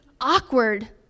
awkward